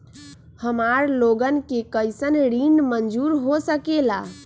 हमार लोगन के कइसन ऋण मंजूर हो सकेला?